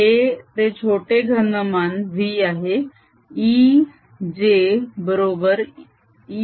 हे ते छोटे घनमान v आहे E j बरोबर e